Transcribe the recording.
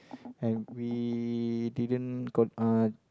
and we didn't got uh